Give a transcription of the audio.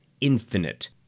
infinite